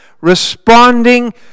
responding